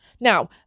Now